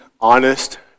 honest